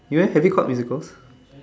un is having court physicals